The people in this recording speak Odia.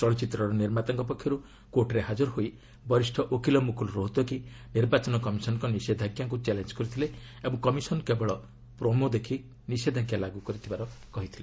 ଚଳଚ୍ଚିତ୍ରର ନିର୍ମାତାଙ୍କ ପକ୍ଷରୁ କୋର୍ଟରେ ହାଜର ହୋଇ ବରିଷ୍ଣ ଓକିଲ୍ ମୁକୁଲ ରୋହତଗୀ ନିର୍ବାଚନ କମିଶନ୍ଙ୍କ ନିଷେଧାଜ୍ଞାକୁ ଚ୍ୟାଲେଞ୍ କରିଥିଲେ ଓ କମିଶନ୍ କେବଳ ପ୍ରମୋ ଦେଖ ନିଷେଧାଞ୍କା ଲାଗ୍ର କରିଥିବାର କହିଥିଲେ